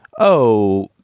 oh,